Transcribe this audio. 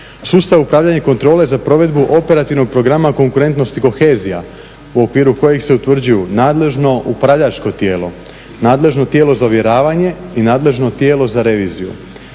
sustav upravljanja i kontrole za provedbu operativnog programa konkurentnosti kohezija u okviru kojih se utvrđuju nadležno upravljačko tijelo, nadležno tijelo za ovjeravanje i nadležno tijelo za reviziju.